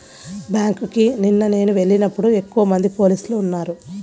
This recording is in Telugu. బ్యేంకుకి నిన్న నేను వెళ్ళినప్పుడు ఎక్కువమంది పోలీసులు ఉన్నారు